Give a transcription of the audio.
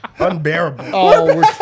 Unbearable